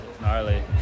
Gnarly